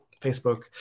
Facebook